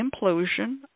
implosion